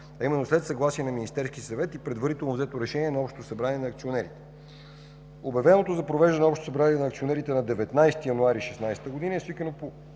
именно след съгласие на Министерския съвет и предварително взето решение на Общото събрание на акционерите. Обявеното за провеждане за провеждане Общо събрание на акционерите на 19 януари 2016 г. е свикано по